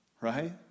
Right